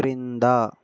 క్రింద